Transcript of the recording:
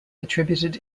attributed